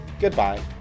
Goodbye